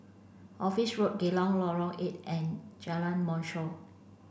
Office Road Geylang Lorong eight and Jalan Mashhor